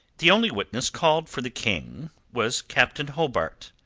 the only witness called for the king was captain hobart.